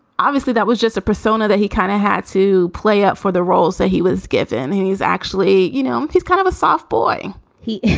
obviously that was just a persona that he kind of had to play up for the roles that he was given. and he's actually you know, he's kind of a soft boy he.